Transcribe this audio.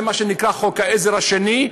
זה מה שנקרא חוק העזר השני.